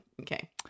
Okay